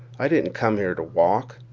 i didn't come here to walk.